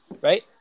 Right